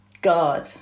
God